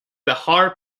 bihar